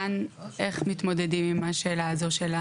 כאן איך מתמודדים עם השאלה הזאת?